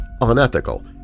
unethical